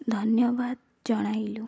ଧନ୍ୟବାଦ ଜଣାଇଲୁ